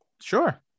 sure